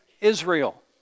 Israel